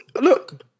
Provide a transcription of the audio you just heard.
Look